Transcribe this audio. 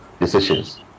decisions